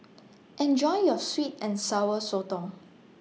Enjoy your Sweet and Sour Sotong